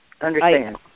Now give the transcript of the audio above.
understand